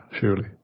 surely